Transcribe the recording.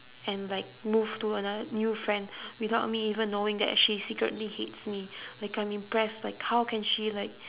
and like move to another new friend without me even knowing that she secretly hates me like I'm impressed like how can she like